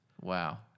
Wow